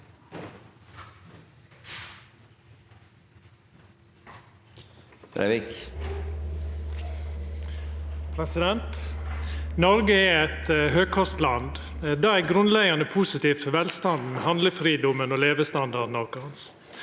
Noreg er eit høgkost- land. Det er grunnleggjande positivt for velstanden, handlefridomen og levestandarden vår.